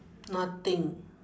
nothing